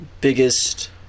biggest